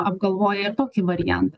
apgalvoję ir tokį variantą